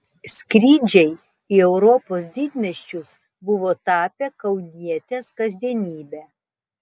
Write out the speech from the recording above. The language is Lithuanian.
skrydžiai į europos didmiesčius buvo tapę kaunietės kasdienybe